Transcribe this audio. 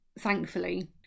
thankfully